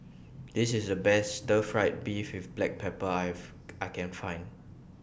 This IS The Best Stir Fried Beef with Black Pepper Have I Can Find